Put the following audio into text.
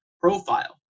profile